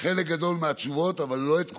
חלק גדול מהתשובות אבל לא את כולן.